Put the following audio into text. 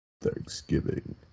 Thanksgiving